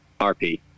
RP